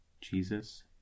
Jesus